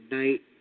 night